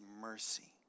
mercy